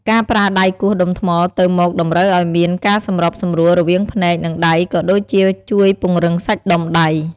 ការប្រើដៃគោះដុំថ្មទៅមកតម្រូវឱ្យមានការសម្របសម្រួលរវាងភ្នែក និងដៃក៏ដូចជាជួយពង្រឹងសាច់ដុំដៃ។